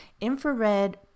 Infrared